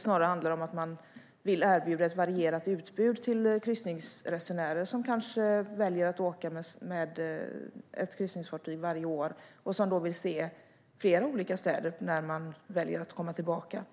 snarare om att man vill erbjuda ett varierat utbud till kryssningsresenärer som kanske väljer att åka med ett kryssningsfartyg varje år och som vill se flera olika städer när de väljer att komma tillbaka.